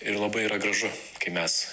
ir labai yra gražu kai mes